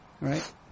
right